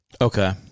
Okay